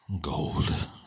Gold